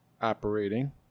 operating